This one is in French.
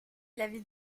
l’avis